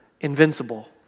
invincible